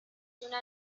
una